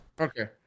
Okay